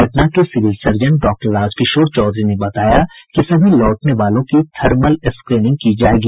पटना के civil surgeon doctor Rajkishore Chaudhary ने बताया कि सभी लौटने वालों की थर्मल स्क्रीनिंग की जायेगी